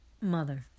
Mother